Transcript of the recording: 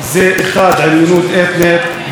הפרדה בין שתי הקבוצות.